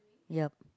yep